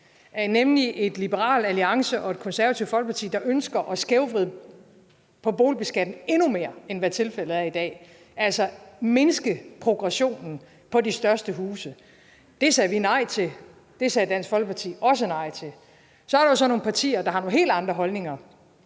bl.a. Liberal Alliance og Det Konservative Folkeparti, der ønsker at skævvride boligbeskatningen endnu mere, end tilfældet er i dag, altså mindske progressionen i forhold til de største huse. Det sagde vi nej til; det sagde Dansk Folkeparti også nej til. Så er der jo nogle partier, der har nogle helt andre holdninger